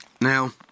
now